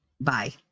bye